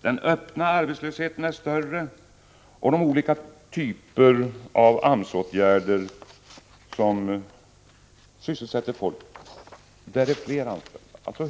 Den öppna arbetslösheten är större och fler är föremål för den typ av AMS-åtgärder som sysselsätter folk.